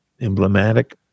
emblematic